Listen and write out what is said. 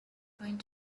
going